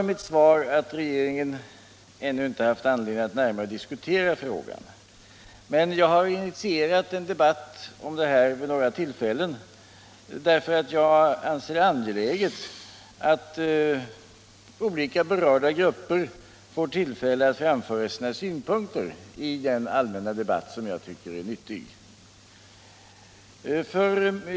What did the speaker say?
i mitt svar att regeringen ännu inte haft anledning att närmare Om systemet med avgiftsfinansierade broar 10 diskutera frågan, men jag har initierat en debatt om denna sak vid några tillfällen på grund av att jag anser det angeläget att olika berörda grupper får tillfälle att framföra sina synpunkter i den allmänna debatt som jag tycker är viktig.